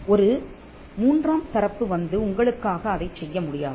ஒரு மூன்றாம் தரப்பு வந்து உங்களுக்காக அதைச் செய்ய முடியாது